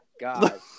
God